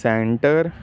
centre